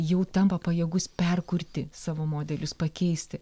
jau tampa pajėgus perkurti savo modelius pakeisti